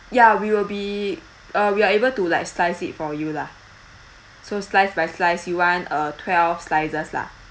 ya we will be uh we are able to like slice it for you lah so slice by slice you want uh twelve slices lah